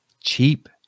cheap